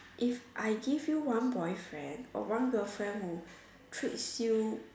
if I give you one boyfriend or one girlfriend who treats you